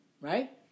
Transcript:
right